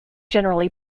generally